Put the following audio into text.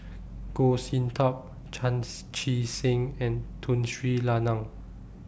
Goh Sin Tub Chan Chee Seng and Tun Sri Lanang